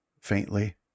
faintly